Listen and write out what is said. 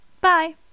Bye